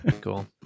Cool